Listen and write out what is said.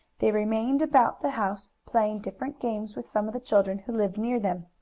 they remained about the house, playing different games with some of the children who lived near them.